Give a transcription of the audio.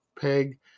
Peg